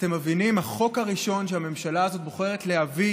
אתם מבינים, החוק הראשון שהממשלה הזאת בוחרת להביא